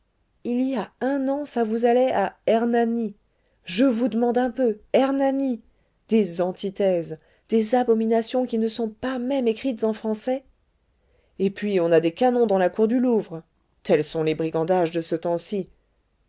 il y a un an ça vous allait à hernani je vous demande un peu hernani des antithèses des abominations qui ne sont pas même écrites en français et puis on a des canons dans la cour du louvre tels sont les brigandages de ce temps-ci